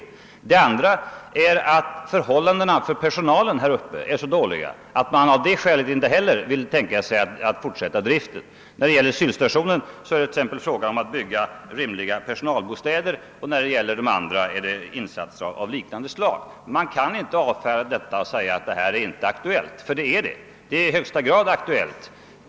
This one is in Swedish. För det andra är förhållandena för personalen där uppe så otillfredsställande, att man inte heller av det skälet kan tänka sig fortsätta driften utan viktiga renoveringar. När det gäller Sylstationen är det exempelvis fråga om att bygga rymliga personalbostäder, och på de andra stationerna rör det sig om insatser av liknande slag. Man kan inte avfärda detta och säga att det inte är aktuellt. Det rör sig om i högsta grad aktuella och angelägna insatser.